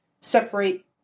separate